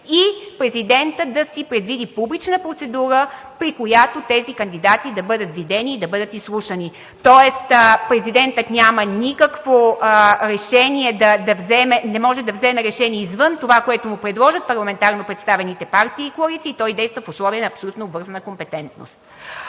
и президентът да си предвиди публична процедура, при която тези кандидати да бъдат видени и да бъдат изслушани, тоест президентът не може да вземе решение извън това, което му предложат парламентарно представените партии и коалиции, той действа в условия на абсолютно обвързана компетентност.